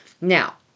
Now